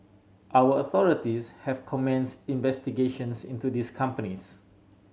our authorities have commenced investigations into these companies